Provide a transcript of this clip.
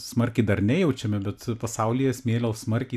smarkiai dar nejaučiame bet pasaulyje smėlio smarkiai